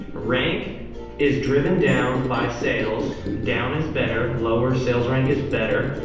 rank is driven down by sales. down is better, lower sales rank is better.